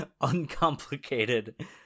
uncomplicated